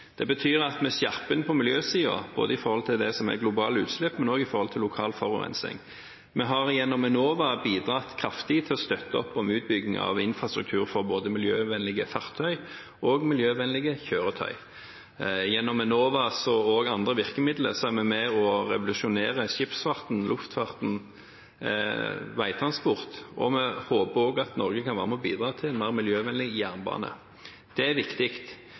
Det betyr at vi skjerper inn på miljøsiden, både i forhold til det som er globale utslipp og i forhold til lokal forurensning. Vi har gjennom Enova bidratt kraftig til å støtte opp om utbyggingen av infrastruktur for både miljøvennlige fartøy og miljøvennlige kjøretøy. Gjennom Enova, og også andre virkemidler, er vi med på å revolusjonere skipsfarten, luftfarten og veitransporten, og vi håper også at Norge kan være med på å bidra til mer miljøvennlig jernbane. Det er viktig.